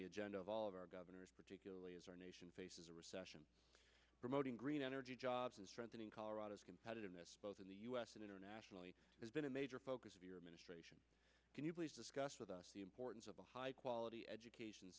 the agenda of all of our governors particularly as our nation faces a recession promoting green energy jobs and strengthening colorado's competitiveness both in the u s and internationally has been a major focus of your administration can you please discuss with us the importance of a high quality education